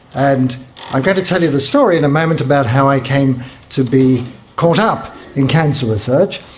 and i'm going to tell you the story in a moment about how i came to be caught up in cancer research.